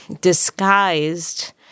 disguised